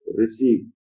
receive